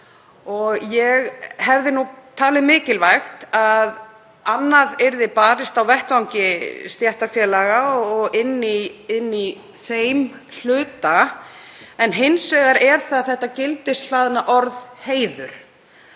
ég hefði talið mikilvægt að um annað yrði barist á vettvangi stéttarfélaga, inni í þeim hluta. En hins vegar er það þetta gildishlaðna orð, heiður,